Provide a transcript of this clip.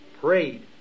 prayed